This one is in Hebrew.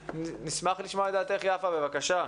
נשמח לשמוע את דעתך, יפה, בבקשה.